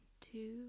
two